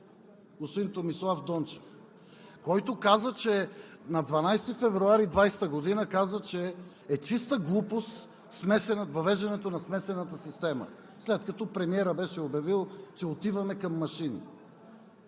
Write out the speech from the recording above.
господин Томислав Дончев, който каза на 12 февруари 2020 г., че е чиста глупост въвеждането на смесената система, след като премиерът беше обявил, че отиваме към машини.